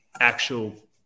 actual